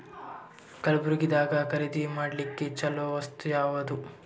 ಕಲಬುರ್ಗಿದಾಗ ಖರೀದಿ ಮಾಡ್ಲಿಕ್ಕಿ ಚಲೋ ವಸ್ತು ಯಾವಾದು?